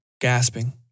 gasping